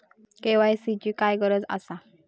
KYC ची काय गरज आसा?